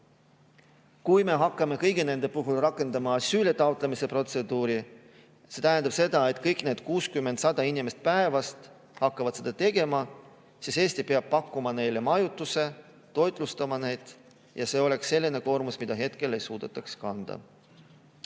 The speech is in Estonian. Kui me hakkaksime kõigi nende puhul rakendama asüüli taotlemise protseduuri – see tähendab seda, et kõik need 60–100 inimest päevas hakkaks seda tegema –, siis peaks Eesti pakkuma neile majutust ja neid toitlustama need, kuid see oleks selline koormus, mida hetkel ei suudetaks kanda.